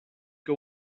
que